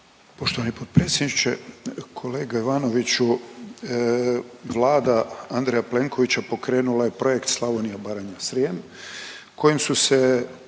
Poštovani potpredsjedniče, kolega Ivanoviću Vlada Andreja Plenkovića pokrenula je projekt Slavonija, Baranja, Srijem kojim su se